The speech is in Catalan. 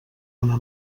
una